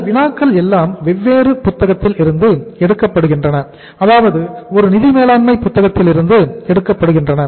இந்த வினாக்கள் எல்லாம் வெவ்வேறு புத்தகத்தில் இருந்து எடுக்கப் படுகின்றன ஏதாவது ஒரு நிதி மேலாண்மை புத்தகத்திலிருந்து எடுக்கப்படுகின்றன